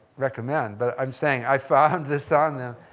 recommend, but i'm saying i found this on there,